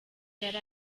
yari